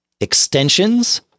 extensions